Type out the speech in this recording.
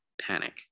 panic